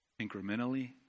incrementally